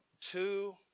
two